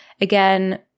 again